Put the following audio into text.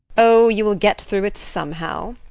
oh, you will get through it somehow.